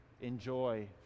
Enjoy